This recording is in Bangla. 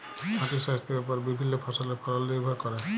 মাটির স্বাইস্থ্যের উপর বিভিল্য ফসলের ফলল লির্ভর ক্যরে